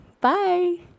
Bye